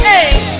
Hey